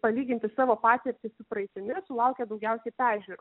palyginti savo patirtį su praeitimi sulaukia daugiausiai peržiūrų